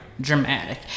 Dramatic